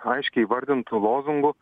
aiškiai įvardintu lozungu